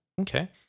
Okay